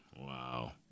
Wow